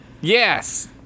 Yes